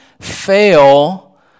fail